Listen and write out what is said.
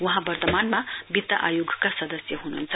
वहाँ वर्तमानमा वित्त आयोगका सदस्य ह्न्ह्न्छ